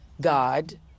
God